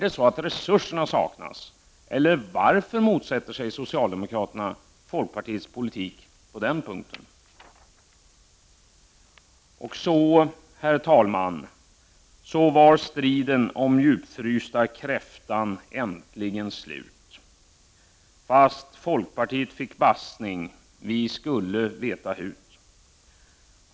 Saknas det resurser, eller varför motsätter sig socialdemokraterna folkpartiets politik på den punkten? Så irstriden om djupfrysta kräftan äntligen slut, fast folkpartiet fick bassning, vi skulle veta hut.